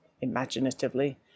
imaginatively